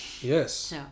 Yes